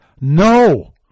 No